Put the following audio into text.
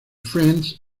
friends